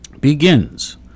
begins